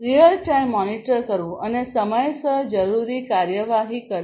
real time monitor કરવું અને સમયસર જરૂરી કાર્યવાહી કરવી